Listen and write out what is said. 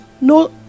no